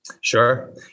Sure